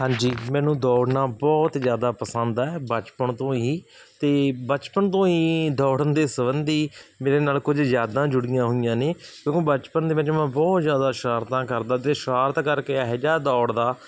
ਹਾਂਜੀ ਮੈਨੂੰ ਦੌੜਨਾ ਬਹੁਤ ਜ਼ਿਆਦਾ ਪਸੰਦ ਹੈ ਬਚਪਨ ਤੋਂ ਹੀ ਅਤੇ ਬਚਪਨ ਤੋਂ ਹੀ ਦੌੜਨ ਦੇ ਸੰਬੰਧੀ ਮੇਰੇ ਨਾਲ ਕੁਝ ਯਾਦਾਂ ਜੁੜੀਆਂ ਹੋਈਆਂ ਨੇ ਕਿਉਂਕਿ ਬਚਪਨ ਦੇ ਵਿੱਚ ਮੈਂ ਬਹੁਤ ਜ਼ਿਆਦਾ ਸ਼ਰਾਰਤਾਂ ਕਰਦਾ ਅਤੇ ਸ਼ਰਾਰਤ ਕਰਕੇ ਇਹੋ ਜਿਹਾ ਦੌੜਦਾ